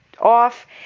off